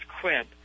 crib